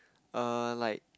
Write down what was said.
err like